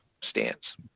stands